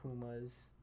pumas